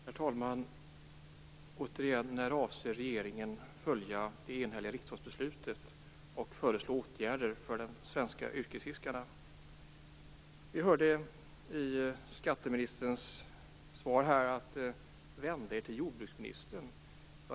Herr talman! Återigen: När avser regeringen följa det enhälliga riksdagsbeslutet och föreslå åtgärder för de svenska yrkesfiskarna? Skatteministern svarade att vi skulle vända oss till jordbruksministern.